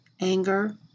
anger